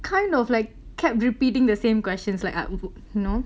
kind of like kept repeating the same questions like err know